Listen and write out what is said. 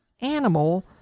animal